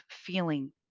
feeling